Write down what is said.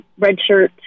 redshirt